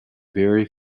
very